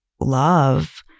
love